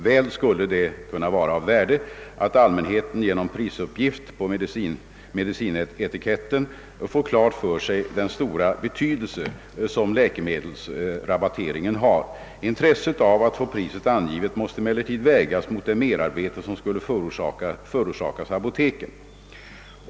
Väl skulle det kunna vara av värde att allmänheten genom Pprisuppgift på medicinetiketten får klart för sig den stora betydelse som läkemedelsrabatteringen har. Intresset av att få priset angivet måste emellertid vägas mot det merarbete som skulle förorsakas apoteken.